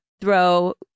throw